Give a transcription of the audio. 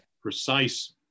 precise